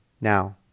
Now